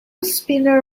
spinner